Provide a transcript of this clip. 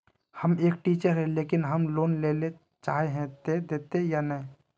हम एक टीचर है लेकिन हम लोन लेले चाहे है ते देते या नय?